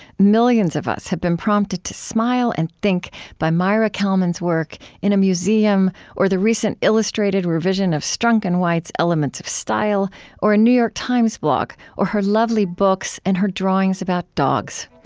millions of us have been prompted to smile and think by maira kalman's work in a museum or the recent illustrated revision of strunk and white's elements of style or a new york times blog or her lovely books and her drawings about dogs.